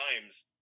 times